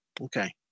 Okay